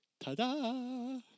Ta-da